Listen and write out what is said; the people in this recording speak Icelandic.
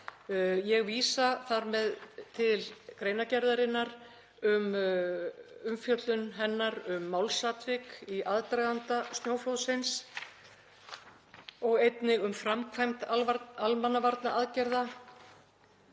Ég vísa þar með til greinargerðarinnar, í umfjöllun hennar um málsatvik í aðdraganda snjóflóðsins og einnig um framkvæmd almannavarnaaðgerða,